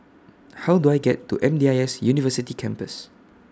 How Do I get to M D I S University Campus